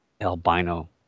Albino